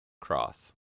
Cross